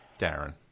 Darren